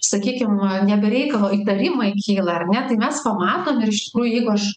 sakykim ne be reikalo įtarimai kyla ar ne tai mes pamatom ir iš tikrųjų jeigu aš